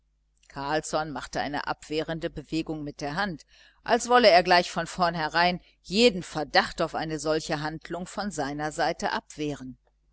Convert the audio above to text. carlsson machte eine abwehrende bewegung mit der hand als wolle er gleich von vornherein jeden verdacht auf eine solche handlung von seiner seite abwehren